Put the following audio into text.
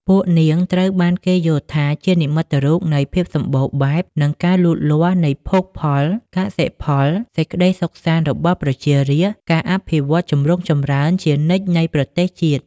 ពួកនាងត្រូវបានគេយល់ថាជានិមិត្តរូបនៃ ភាពសម្បូរបែប និងការលូតលាស់នៃភោគផល កសិផល សេចក្តីសុខសាន្តរបស់ប្រជារាស្ត្រ ការអភិវឌ្ឍន៍ចម្រុងចម្រើនជានិច្ចនៃប្រទេសជាតិ។